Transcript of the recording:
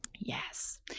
Yes